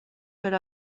per